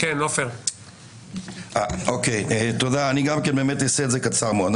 אני אהיה קצר.